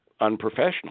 unprofessional